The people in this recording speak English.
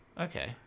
okay